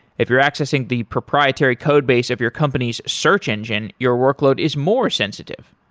if you're accessing the proprietary code base of your company's search engine, your workload is more sensitive.